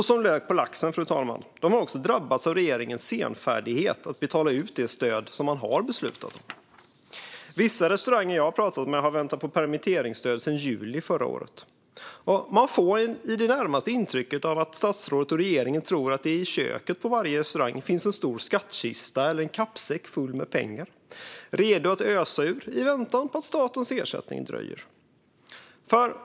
Som lök på laxen, fru talman, har de också drabbats av regeringens senfärdighet med att betala ut de stöd som man har beslutat om. Vissa restaurangägare som jag har pratat med har väntat på permitteringsstöd sedan juli förra året. Man får i det närmaste intrycket att statsrådet och regeringen tror att det i köket på varje restaurang finns en stor skattkista eller en kappsäck full med pengar redo att ösa ur medan statens ersättning dröjer.